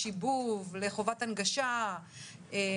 משיבוב לחובת הנגשה,